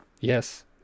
yes